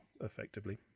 effectively